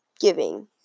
giving